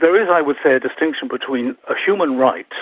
there is, i would say, a distinction between a human right